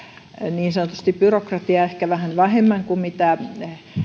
niin sanotusti byrokratiaa ehkä vähän vähemmän kuin